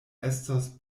estos